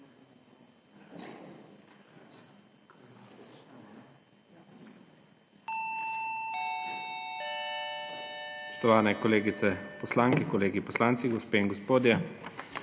Spoštovane kolegice poslanke, kolegi poslanci, gospe in gospodje!